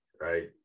right